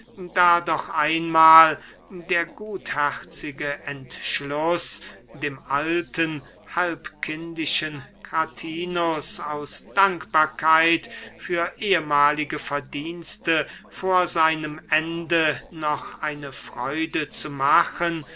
da doch einmahl der gutherzige entschluß dem alten halbkindischen kratinus aus dankbarkeit für ehmahlige verdienste vor seinem ende noch eine freude zu machen